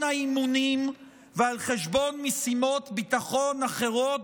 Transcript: האימונים ועל חשבון משימות ביטחון אחרות,